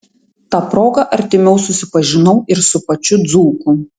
ta proga artimiau susipažinau ir su pačiu dzūku